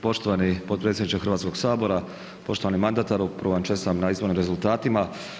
Poštovani potpredsjedniče Hrvatskog sabora, poštovani mandatu, prvo vam čestitam na izbornim rezultatima.